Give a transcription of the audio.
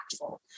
impactful